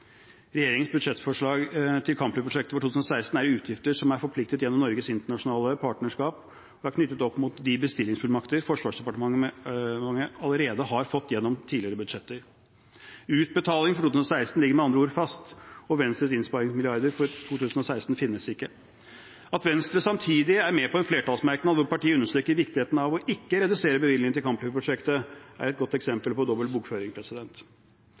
Regjeringens budsjettforslag til kampflyprosjektet for 2016 er utgifter som er forpliktet gjennom Norges internasjonale partnerskap og er knyttet opp mot de bestillingsfullmakter Forsvarsdepartementet allerede har fått gjennom tidligere budsjetter. Utbetalingene for 2016 ligger med andre ord fast, og Venstres innsparingsmilliarder for 2016 finnes ikke. At Venstre samtidig er med på en flertallsmerknad hvor partiet understreker viktigheten av ikke å redusere bevilgningen til kampflyprosjektet, er et godt eksempel på dobbel bokføring.